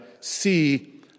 see